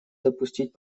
допустить